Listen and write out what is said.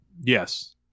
Yes